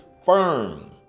firm